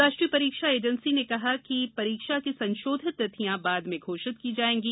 राष्ट्रीय परीक्षा एजेंसी ने कहा कि परीक्षा की संशोधित तिथियां बाद में घोषित की जाएंगी